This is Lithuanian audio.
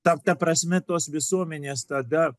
ta ta prasme tos visuomenės tada